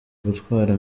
gutwara